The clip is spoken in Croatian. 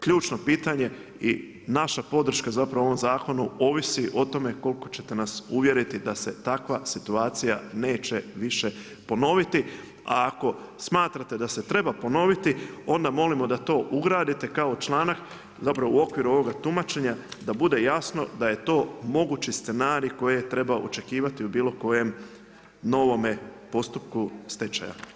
Ključno pitanje i naša podrška zapravo u ovom zakonu ovisi o tome, koliko ćete nas uvjeriti da se takva situacija neće više ponoviti, a ako smatrate, da se treba ponoviti, onda molimo da to ugradite kao članak, zapravo u okvir ovoga tumačenja, da bude jasno da je to mogući scenarij koji treba očekivati u bilo kojem novome postupku stečaja.